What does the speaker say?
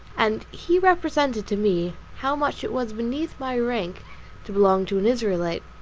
and he represented to me how much it was beneath my rank to belong to an israelite.